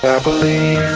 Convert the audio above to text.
believe,